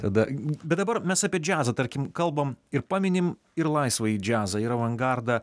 tada bet dabar mes apie džiazą tarkim kalbam ir paminim ir laisvąjį džiazą ir avangardą